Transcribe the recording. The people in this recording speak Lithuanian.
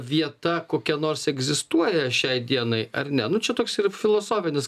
vieta kokia nors egzistuoja šiai dienai ar ne nu čia toks yra filosofinis